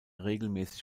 regelmäßig